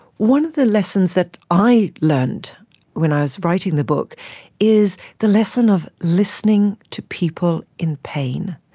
one of the lessons that i learnt when i was writing the book is the lesson of listening to people in pain,